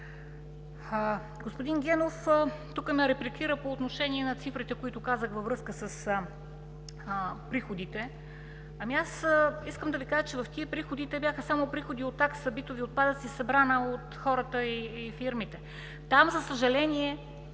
Господин Генов ме репликира по отношение на цифрите, които казах във връзка с приходите. Искам да Ви кажа, че те бяха само приходи от такса битови отпадъци, събрана от хората и фирмите. Там, за съжаление,